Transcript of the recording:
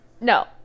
No